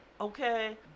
okay